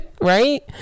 Right